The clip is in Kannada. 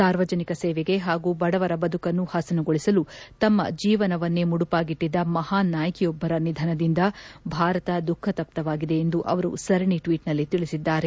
ಸಾರ್ವಜನಿಕ ಸೇವೆಗೆ ಹಾಗೂ ಬಡವರ ಬದುಕನ್ನು ಹಸನುಗೊಳಿಸಲು ತಮ್ಮ ಜೀವನವನ್ನೇ ಮುಡುಪಾಗಿಟ್ಟಿದ್ದ ಮಹಾನ್ ನಾಯಕಿಯೊಬ್ಬರ ನಿಧನದಿಂದ ಭಾರತ ದುಃಖ ತಪ್ತವಾಗಿದೆ ಎಂದು ಅವರು ಸರಣಿ ಟ್ವೀಟ್ನಲ್ಲಿ ತಿಳಿಸಿದ್ದಾರೆ